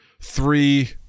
three